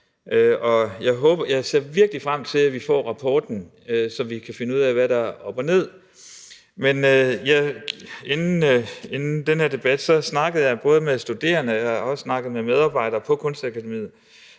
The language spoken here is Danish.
jeg ser virkelig frem til, at vi får rapporten, så vi kan finde ud af, hvad der er op og ned. Men inden den her debat snakkede jeg med studerende, og jeg har også snakket